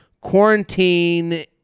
quarantine